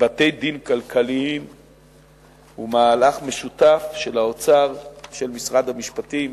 בתי-דין כלכליים הוא מהלך משותף של האוצר ושל משרד המשפטים.